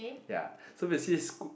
ya so basically s~